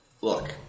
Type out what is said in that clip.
look